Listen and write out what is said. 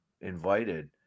invited